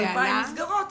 2,000 מסגרות.